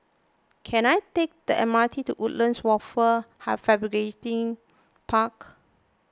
can I take the M R T to Woodlands Wafer Fabrication Park